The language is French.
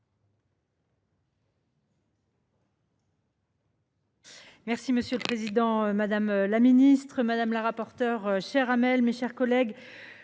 Monsieur le président, madame la ministre, madame la rapporteure, chère Amel, mes chers collègues,